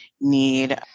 need